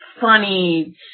funny